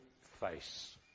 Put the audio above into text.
face